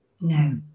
No